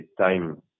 time